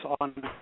on